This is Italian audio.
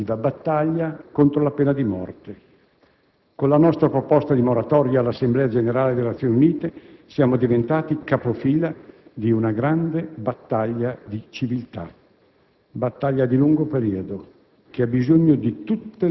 Abbiamo ingaggiato, in questi mesi, una significativa battaglia contro la pena di morte. Con la nostra proposta di moratoria all'Assemblea generale delle Nazioni Unite siamo diventati capofila di una grande battaglia di civiltà;